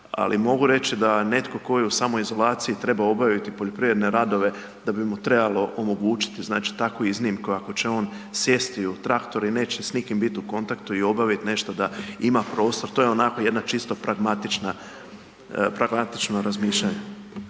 ali mogu reći da netko tko je u samoizolaciji treba obaviti poljoprivredne radove da bi mu trebalo omogućiti znači takvu iznimku ako će on sjesti u traktor i neće s nikim biti u kontaktu i obaviti nešto da ima prostor, to je onako jedna čisto pragmatična, pragmatično